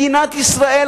מדינת ישראל,